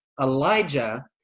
elijah